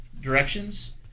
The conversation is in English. directions